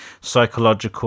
psychological